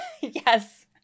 yes